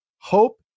hope